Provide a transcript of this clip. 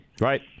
Right